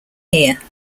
here